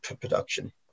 production